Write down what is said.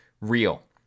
real